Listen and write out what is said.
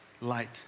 Light